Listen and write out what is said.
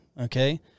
okay